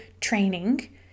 training